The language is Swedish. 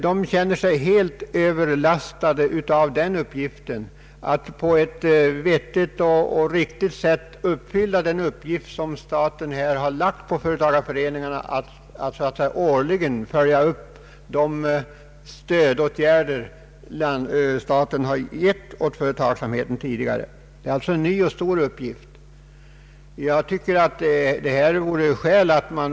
De känner sig helt överlastade av arbetet med att på ett vettigt sätt upp fylla den uppgift som staten lagt på företagareföreningarna att så att säga årligen följa upp de stödåtgärder som staten tidigare lämnat företagsamheten. Det är alltså en ny och stor uppgift.